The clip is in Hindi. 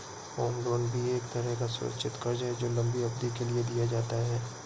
होम लोन भी एक तरह का सुरक्षित कर्ज है जो लम्बी अवधि के लिए दिया जाता है